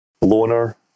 loner